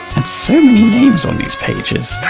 and so many names on these pages.